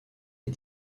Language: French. est